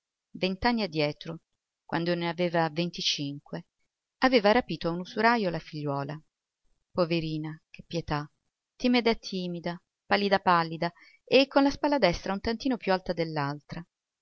vent'anni addietro quando ne aveva venticinque aveva rapito a un usurajo la figliuola poverina che pietà timida timida pallida pallida e con la spalla destra un tantino più alta